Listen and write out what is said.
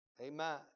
Amen